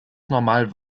normal